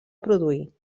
produir